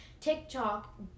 tiktok